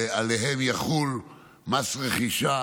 ועליהם יחול מס רכישה